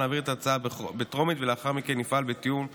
נעביר את הצעת החוק בטרומית ולאחר מכן נפעל בתיאום לקידומה.